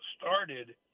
started